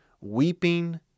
weeping